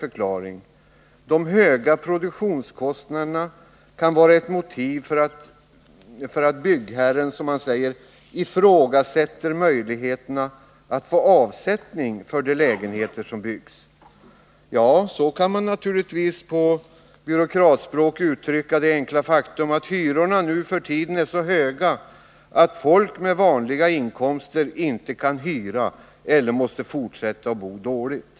förklaring: de höga produktionskostnaderna kan vara ett motiv för att byggherren som man säger, ”ifrågasätter möjligheterna att få avsättning för de lägenheter som byggs”. Ja, så kan man naturligtvis på byråkratspråk uttrycka det enkla faktum att hyrorna nu för tiden är så höga att folk med vanliga inkomster inte kan hyra, eller måste fortsätta att bo dåligt.